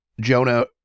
Jonah